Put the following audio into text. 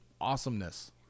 awesomeness